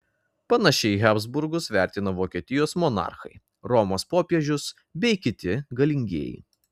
panašiai habsburgus vertino vokietijos monarchai romos popiežius bei kiti galingieji